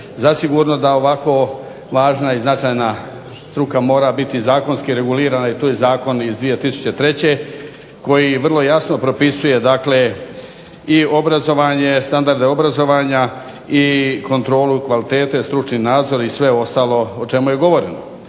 Zasigurno da ovako važna i značajna struka mora biti zakonski regulirana, i tu je zakon iz 2003. koji vrlo jasno propisuje dakle i obrazovanje, standarde obrazovanja, i kontrolu kvalitete, stručni nadzor i sve ostalo o čemu je govoreno.